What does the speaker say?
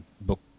book